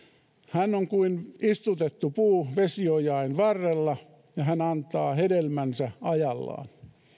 hän on kuin istutettu puu vesiojain varrella ja hän antaa hedelmänsä ajallaan